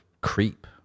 Creep